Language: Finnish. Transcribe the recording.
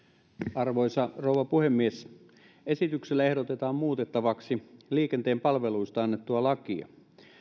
arvoisa rouva puhemies esityksellä ehdotetaan muutettavaksi liikenteen palveluista annettua lakia